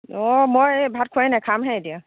অঁ মই এই ভাত খোৱাই নাই খাম হে এতিয়া